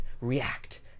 react